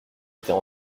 était